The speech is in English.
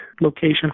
location